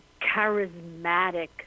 charismatic